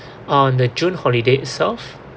on the june holiday itself